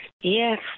yes